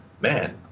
man